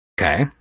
Okay